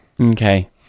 Okay